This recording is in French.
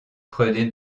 prenez